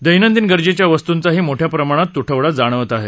दैनंदिन गरजेच्या वस्तूंचाही मोठ्या प्रमाणात त्टवडा जाणवत आहेत